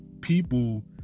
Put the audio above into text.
people